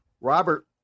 Robert